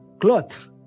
cloth